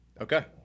okay